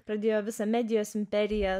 pradėjo visą medijos imperiją